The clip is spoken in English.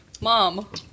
Mom